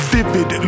Vivid